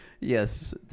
Yes